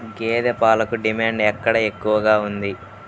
గేదె పాలకు డిమాండ్ ఎక్కడ ఎక్కువగా ఉంది?